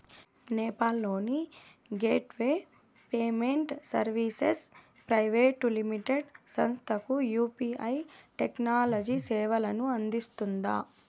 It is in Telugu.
నేపాల్ లోని gateway payment services private limited సంస్థకు యు.పి.ఐ టెక్నాలజీ సేవలను అందిస్తుందా?